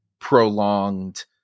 prolonged